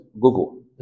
Google